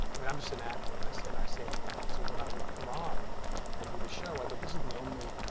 i mean, i'm just an actor. and i say and i say the lines. so when i would come on and do the show, i thought this is the only,